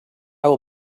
will